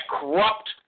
corrupt